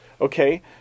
Okay